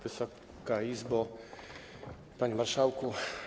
Wysoka Izbo! Panie Marszałku!